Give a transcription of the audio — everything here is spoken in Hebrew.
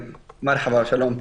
מרחבא, שלום.